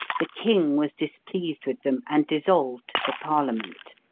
the king was displeased with them, and dissolved the parliament.